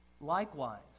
Likewise